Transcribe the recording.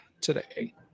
today